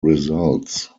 results